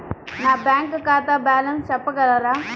నా బ్యాంక్ ఖాతా బ్యాలెన్స్ చెప్పగలరా?